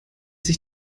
sich